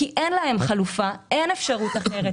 כי אין להם חלופה, אין אפשרות אחרת.